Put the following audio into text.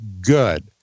good